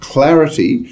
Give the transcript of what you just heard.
Clarity